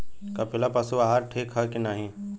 कपिला पशु आहार ठीक ह कि नाही?